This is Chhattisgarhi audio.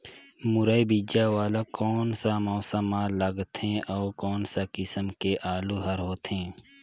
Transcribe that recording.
मुरई बीजा वाला कोन सा मौसम म लगथे अउ कोन सा किसम के आलू हर होथे?